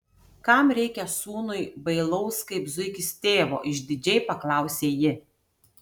kam reikia sūnui bailaus kaip zuikis tėvo išdidžiai paklausė ji